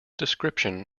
description